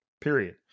Period